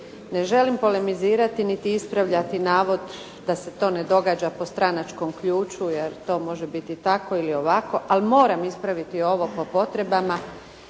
Ne želim polemizirati niti ispravljati navod da se to ne događa po stranačkom ključu jel to može biti tako ili ovako, ali moram ispraviti ovo po potrebama.